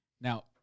Now